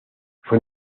fue